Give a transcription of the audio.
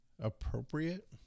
appropriate